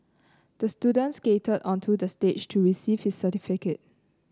the student skated onto the stage to receive his certificate